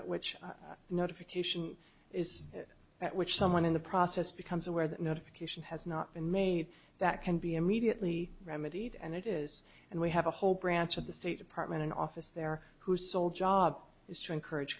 time which notification is at which someone in the process becomes aware that notification has not been made that can be immediately remedied and it is and we have a whole branch of the state department an office there whose sole job is to encourage